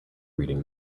reading